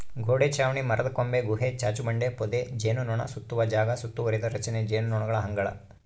ಗೋಡೆ ಚಾವಣಿ ಮರದಕೊಂಬೆ ಗುಹೆ ಚಾಚುಬಂಡೆ ಪೊದೆ ಜೇನುನೊಣಸುತ್ತುವ ಜಾಗ ಸುತ್ತುವರಿದ ರಚನೆ ಜೇನುನೊಣಗಳ ಅಂಗಳ